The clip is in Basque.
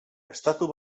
estatu